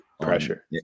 pressure